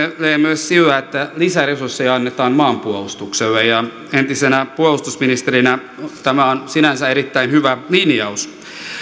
myös sillä että lisäresursseja annetaan maanpuolustukselle ja entisenä puolustusministerinä totean että tämä on sinänsä erittäin hyvä linjaus